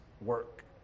work